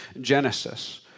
Genesis